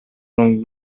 non